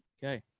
okay.